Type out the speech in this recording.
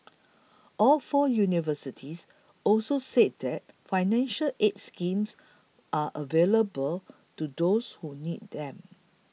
all four universities also said that financial aid schemes are available to those who need them